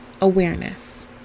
awareness